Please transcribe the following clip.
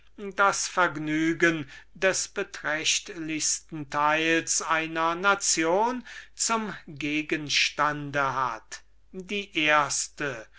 das vergnügen des beträchtlichsten teils einer nation zum gegenstand hat die erste